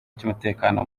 cy’umutekano